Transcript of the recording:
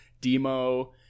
demo